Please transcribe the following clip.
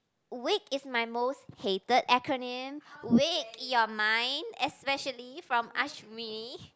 wake is my most hated acronym wake your mind especially from Ashmi